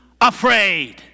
afraid